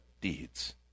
deeds